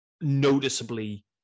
noticeably